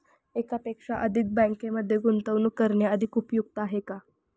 एकापेक्षा अधिक बँकांमध्ये गुंतवणूक करणे अधिक उपयुक्त आहे का?